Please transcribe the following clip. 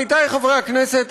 עמיתי חברי הכנסת,